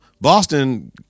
Boston